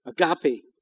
Agape